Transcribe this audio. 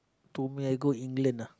to me I go England ah